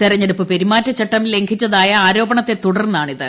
തെരഞ്ഞെടുപ്പ് പെരുമാറ്റച്ചട്ടം ലംഘിച്ചതായ ആരോപണൂത്തെത്തുടർന്നാണിത്